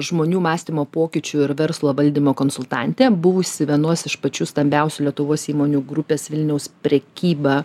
žmonių mąstymo pokyčių ir verslo valdymo konsultantė buvusi vienos iš pačių stambiausių lietuvos įmonių grupės vilniaus prekyba